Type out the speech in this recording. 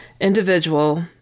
individual